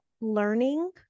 learning